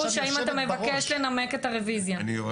את ההסתייגות הזו אני מנמקת בשם מיכל רוזין ובשם נירה